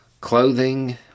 clothing